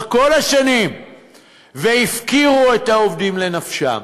כל השנים והפקירו את העובדים לנפשם.